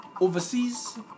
Overseas